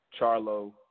Charlo